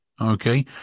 Okay